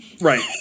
Right